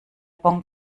bon